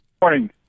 Morning